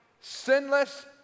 sinless